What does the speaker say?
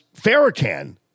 Farrakhan